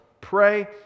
pray